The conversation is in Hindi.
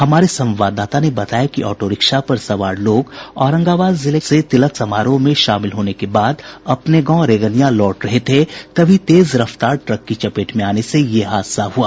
हमारे संवाददाता ने बताया कि ऑटो रिक्शा पर सवार लोग औरंगाबाद जिले से तिलक समारोह में शामिल होने के बाद अपने गांव रेगनिया लौट रहे थे तभी तेज रफ्तार ट्रक की चपेट में आने से यह हादसा हुआ